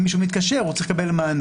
אם מישהו מתקשר הוא צריך לקבל מענה.